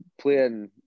playing